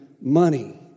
money